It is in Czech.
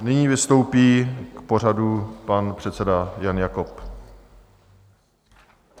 Nyní vystoupí k pořadu pan předseda Jan Jakob.